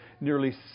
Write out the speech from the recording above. nearly